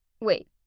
Wait